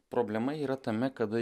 problema yra tame kada